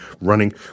running